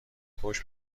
پشت